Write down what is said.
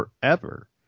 forever